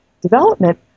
development